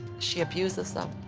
she abuses them.